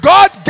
God